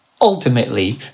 ultimately